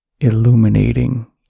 illuminating